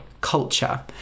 culture